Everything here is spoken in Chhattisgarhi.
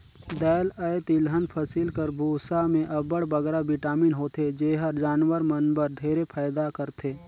दाएल अए तिलहन फसिल कर बूसा में अब्बड़ बगरा बिटामिन होथे जेहर जानवर मन बर ढेरे फएदा करथे